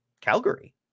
Calgary